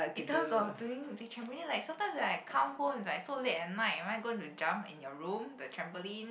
in terms of doing the trampoline like sometimes when I come home it's like so late at night am I gonna jump in your room the trampoline